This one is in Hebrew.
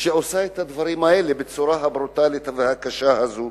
עושה את הדברים האלה בצורה הברוטלית והקשה הזאת.